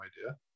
idea